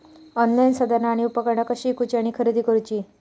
Online साधना आणि उपकरणा कशी ईकूची आणि खरेदी करुची?